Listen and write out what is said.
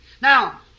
Now